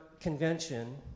convention